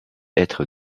être